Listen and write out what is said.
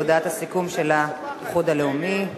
על הודעת הסיכום של האיחוד הלאומי בנושא: